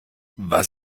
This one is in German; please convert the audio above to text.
was